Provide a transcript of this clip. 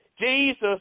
Jesus